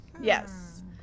Yes